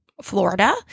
Florida